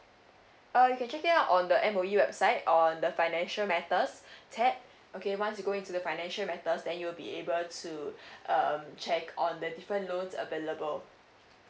uh you can check it out on the M_O_E website on the financial matters tap okay once you go into the financial matters then you'll be able to uh check on the different loans available